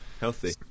Healthy